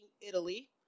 Italy